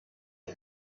εσύ